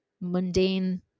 mundane